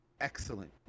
excellent